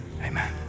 amen